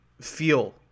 feel